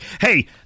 Hey